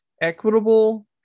equitable